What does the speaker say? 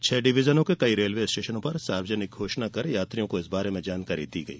छह डिविजनों के कई रेलवे स्टेशनों पर सार्वजनिक घोषणा कर यात्रियों को इस बारे में जानकारी दी गई